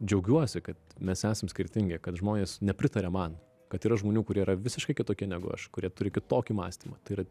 džiaugiuosi kad mes esam skirtingi kad žmonės nepritaria man kad yra žmonių kurie yra visiškai kitokie negu aš kurie turi kitokį mąstymą tai yra